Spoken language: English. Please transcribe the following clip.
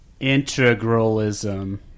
Integralism